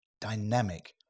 dynamic